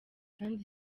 kandi